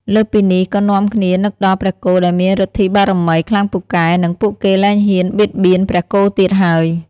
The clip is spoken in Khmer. លើសពីនេះ ក៏នាំគ្នានឹកដល់ព្រះគោដែលមានឬទ្ធិបារមីខ្លាំងពូកែ និងពួកគេលែងហ៊ានបៀតបៀនព្រះគោទៀតហើយ។